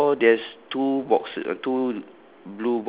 and the door there's two boxe~ uh two